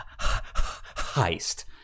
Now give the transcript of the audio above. heist